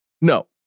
No